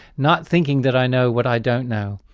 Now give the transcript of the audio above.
not thinking that i know what i don't know?